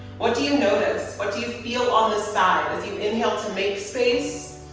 what do you notice? what do you feel on the side as you inhale to make space?